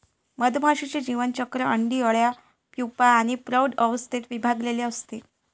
मधमाशीचे जीवनचक्र अंडी, अळ्या, प्यूपा आणि प्रौढ अवस्थेत विभागलेले असते